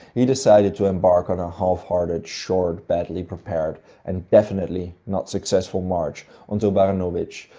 he decided to embark on a half hearted, short, badly prepared and definitely not successful march onto baranowicze,